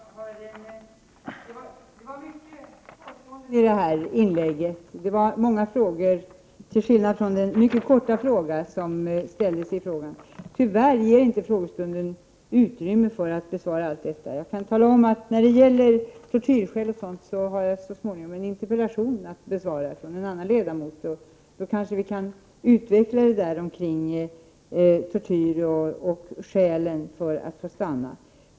Herr talman! Det var många påståenden i det här inlägget. Det var också många frågor, till skillnad från den mycket korta frågeställning som fanns i den skrivna frågan. Tyvärr ger inte frågestunden utrymme för att man skall kunna besvara alla dessa frågor. Jag kan dock tala om att när det gäller huruvida tortyr är ett skäl för asyl, skall jag så småningom besvara en interpellation från en annan ledamot. Vid det tillfället kanske vi kan diskutera frågan om tortyr och skälen för att få stanna.